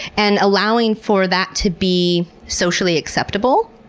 and allowing for that to be socially acceptable.